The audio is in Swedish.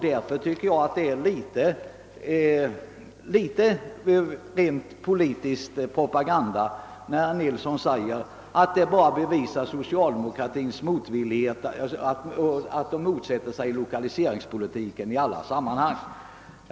Det tycks mig därför vara ren politisk propaganda när herr Nilsson hävdar, att situationen bara bevisar att socialdemokratin motsätter sig lokaliseringspolitiken i alla sammanhang.